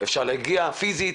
אפשר להגיע פיזית